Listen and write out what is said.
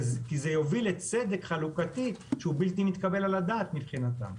כי זה יוביל לצדק חלוקתי שהוא בלתי מתקבל על הדעת מבחינתם.